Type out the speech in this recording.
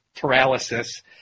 paralysis